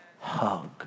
Hug